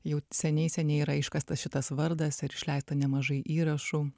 jau seniai seniai yra iškastas šitas vardas ir išleista nemažai įrašų